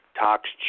Talks